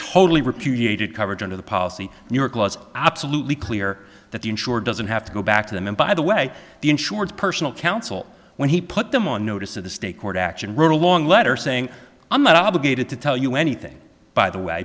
totally repudiated coverage under the policy new york laws absolutely clear that the insured doesn't have to go back to them and by the way the insured personal counsel when he put them on notice of the state court action wrote a long letter saying i'm not obligated to tell you anything by the way